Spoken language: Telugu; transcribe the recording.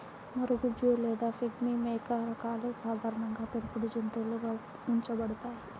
మరగుజ్జు లేదా పిగ్మీ మేక రకాలు సాధారణంగా పెంపుడు జంతువులుగా ఉంచబడతాయి